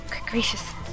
gracious